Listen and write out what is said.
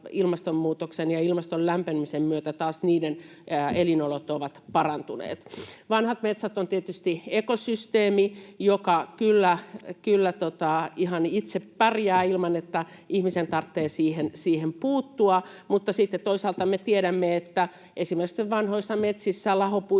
ilmastonmuutoksen ja ilmaston lämpenemisen myötä. Vanhat metsät ovat tietysti ekosysteemi, joka kyllä ihan itse pärjää ilman, että ihmisen tarvitsee siihen puuttua. Mutta toisaalta me tiedämme, että esimerkiksi vanhoissa metsissä ja lahopuissa